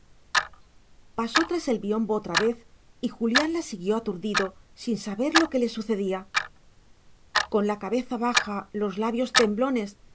pasó tras el biombo otra vez y julián la siguió aturdido sin saber lo que le sucedía con la cabeza baja los labios temblones